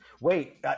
Wait